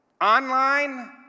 online